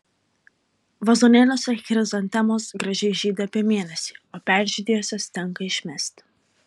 vazonėliuose chrizantemos gražiai žydi apie mėnesį o peržydėjusias tenka išmesti